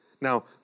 Now